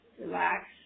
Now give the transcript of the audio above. relax